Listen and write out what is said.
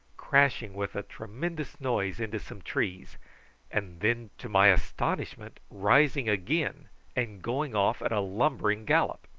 crashing with a tremendous noise into some trees and then, to my astonishment, rising again and going off at a lumbering gallop.